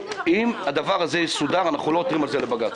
אם הדבר הזה יסודר אנחנו לא נעתור עליו לבג"ץ.